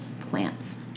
plants